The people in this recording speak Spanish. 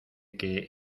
que